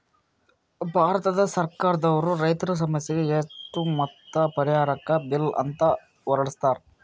ಭಾರತ್ ಸರ್ಕಾರ್ ದವ್ರು ರೈತರ್ ಸಮಸ್ಯೆಗ್ ಮತ್ತ್ ಪರಿಹಾರಕ್ಕ್ ಬಿಲ್ ಅಂತ್ ಹೊರಡಸ್ತಾರ್